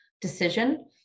decision